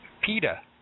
PETA